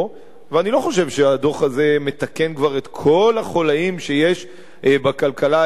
ואני לא חושב שהדוח הזה מתקן כבר את כל החוליים שיש בכלכלה הישראלית,